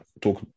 talk